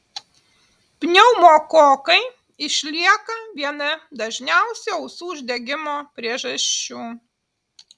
pneumokokai išlieka viena dažniausių ausų uždegimo priežasčių